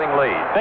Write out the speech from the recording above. lead